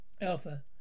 Alpha